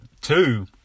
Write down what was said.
two